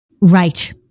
Right